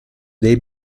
dei